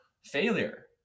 failure